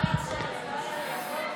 לא שמית,